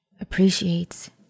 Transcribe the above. appreciates